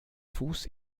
fuß